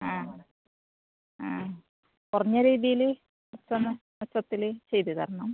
ആ ആ കുറഞ്ഞ രീതിയിൽ കിട്ടുന്ന പക്ഷത്തിൽ ചെയ്ത് തരണം